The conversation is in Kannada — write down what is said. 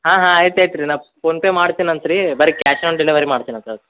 ಹಾಂ ಹಾಂ ಆಯ್ತು ಆಯ್ತು ರೀ ನಾನು ಫೋನ್ಪೇ ಮಾಡ್ತೀನಂತೆ ರೀ ಬನ್ರಿ ಕ್ಯಾಶ್ ಆನ್ ಡೆಲೆವರಿ ಮಾಡ್ತೀನಂತೆ ಅದು